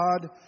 God